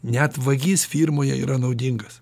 net vagis firmoje yra naudingas